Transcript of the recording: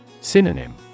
Synonym